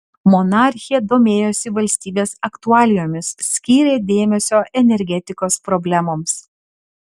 monarchė domėjosi valstybės aktualijomis skyrė dėmesio energetikos problemoms